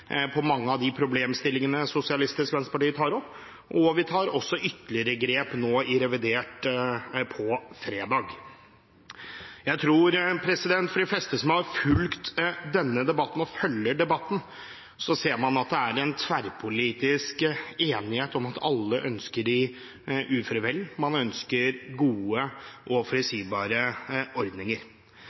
mange av de problemstillingene Sosialistisk Venstreparti tar opp, og vi tar ytterligere grep i revidert nå på fredag. Jeg tror at de fleste som har fulgt og følger denne debatten, ser at det er en tverrpolitisk enighet om at alle ønsker de uføre vel, man ønsker gode og forutsigbare ordninger,